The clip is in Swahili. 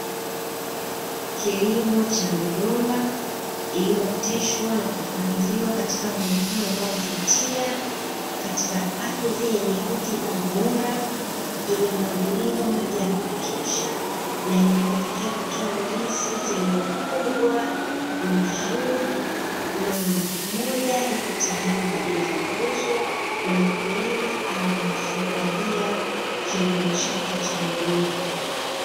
Kilimo cha migomba iliooteshwa na kupangiliwa katika muonekano unaovutia katika ardhi yenye rutuba bora, imemwagiliwa maji ya kutosha na imepelekea kutoa ndizi zenye ukubwa, uzuri na moja iko tayari kwa ajili ya mauzo na mkulima anafurahia kilimo chake cha migomba.